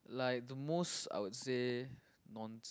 like the most I would say non s~